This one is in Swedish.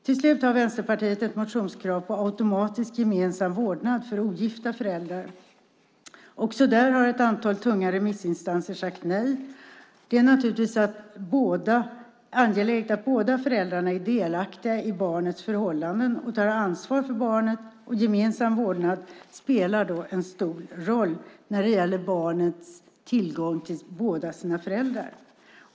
Till slut har Vänsterpartiet ett motionskrav på automatisk gemensam vårdnad för ogifta föräldrar. Också där har ett antal tunga remissinstanser sagt nej. Det är naturligtvis angeläget att båda föräldrarna är delaktiga i barnets förhållanden och tar ansvar för barnet. Gemensam vårdnad spelar då en stor roll när det gäller barnets tillgång till båda sina föräldrar.